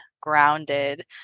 grounded